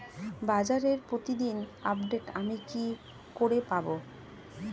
বাজারের প্রতিদিন আপডেট আমি কি করে পাবো?